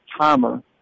timer